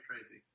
crazy